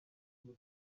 ngo